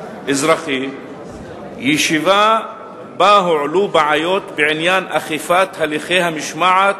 (אזרחי) ישיבה שבה הועלו בעיות בעניין אכיפת הליכי המשמעת